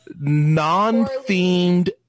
non-themed